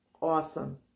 Awesome